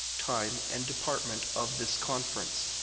time, and department of this conference.